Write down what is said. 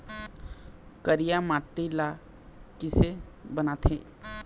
करिया माटी ला किसे बनाथे?